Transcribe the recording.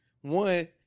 One